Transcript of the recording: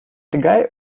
guy